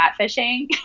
catfishing